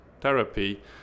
therapy